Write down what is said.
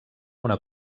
una